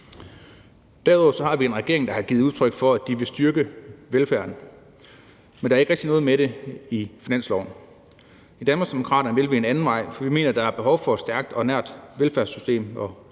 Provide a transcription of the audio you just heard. Derudover har vi en regering, som har givet udtryk for, at de vil styrke velfærden. Men der er ikke rigtig noget med om det i finansloven. I Danmarksdemokraterne vil vi en anden vej, for vi mener, at der er behov for et stærkt og nært velfærdssystem, og det